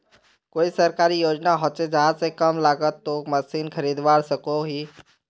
कोई सरकारी योजना होचे जहा से कम लागत तोत मशीन खरीदवार सकोहो ही?